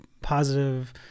positive